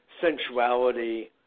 sensuality